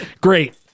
great